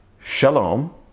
Shalom